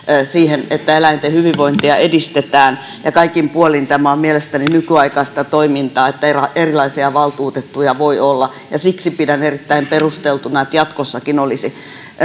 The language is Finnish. siihen että eläinten hyvinvointia edistetään kaikin puolin tämä on mielestäni nykyaikaista toimintaa että erilaisia valtuutettuja voi olla ja siksi pidän erittäin perusteltuna että jatkossakin olisi